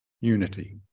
Unity